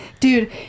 Dude